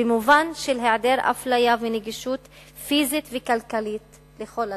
במובן של היעדר אפליה ונגישות פיזית וכלכלית לכל אדם.